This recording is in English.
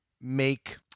make